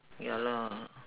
ya lah